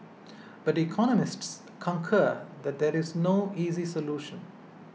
but economists concur that there is no easy solution